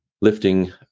lifting